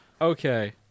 Okay